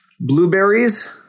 Blueberries